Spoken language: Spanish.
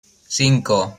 cinco